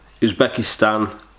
Uzbekistan